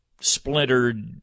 splintered